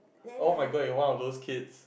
oh-my-god you are one of those kids